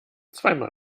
zweimal